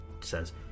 says